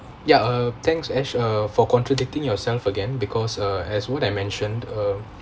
ya uh thanks ash uh for contradicting yourself again because uh as what I mentioned uh